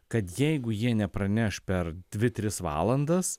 kad jeigu jie nepraneš per dvi tris valandas